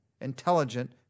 intelligent